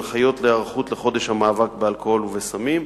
הנחיות להיערכות לחודש המאבק באלכוהול ובסמים.